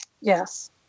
Yes